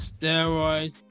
Steroid